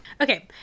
okay